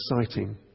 exciting